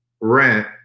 rent